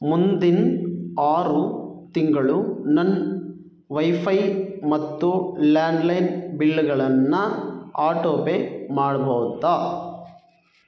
ಮುಂದಿನ ಆರು ತಿಂಗಳು ನನ್ನ ವೈಫೈ ಮತ್ತು ಲ್ಯಾಂಡ್ಲೈನ್ ಬಿಲ್ಗಳನ್ನು ಆಟೋಪೇ ಮಾಡ್ಬೌದಾ